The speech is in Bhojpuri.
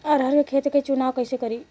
अरहर के खेत के चुनाव कईसे करी?